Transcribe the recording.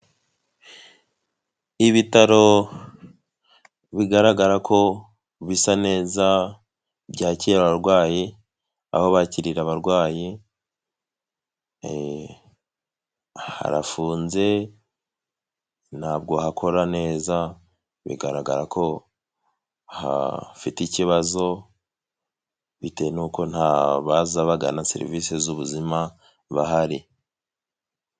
Ibitaro bigaragara ko bisa neza byakira abarwayi, aho bakirira abarwayi harafunze ntabwo hakora neza, bigaragara ko hafite ikibazo bitewe nuko nta baza bagana serivise z'ubuzima bahari.